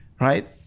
right